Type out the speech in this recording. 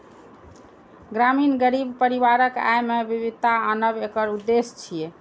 ग्रामीण गरीब परिवारक आय मे विविधता आनब एकर उद्देश्य छियै